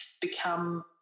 become